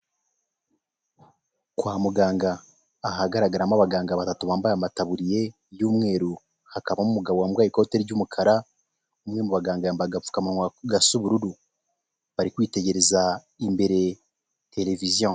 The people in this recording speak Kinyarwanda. Kwa muganga ahagaragaramo abaganga batatu bambaye amataburiye y'umweru, hakabamo umugabo wambaye ikote ry'umukara, umwe mu baganga yambaye agapfukamunwa gasa ubururu. Barikwitegereza imbere televiziyo.